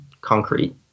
concrete